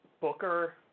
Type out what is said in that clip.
Booker